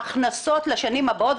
הכנסות לשנים הבאות,